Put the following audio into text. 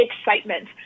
excitement